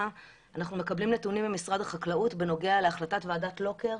אנחנו מקבלים ממשרד החקלאות בנוגע להחלטת ועדת לוקר,